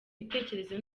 bitekerezo